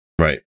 Right